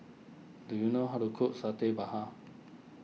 do you know how to cook Satay Babat